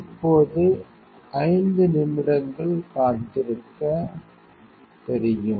இப்போது 5 நிமிடங்கள் காத்திருக்க தெரியும்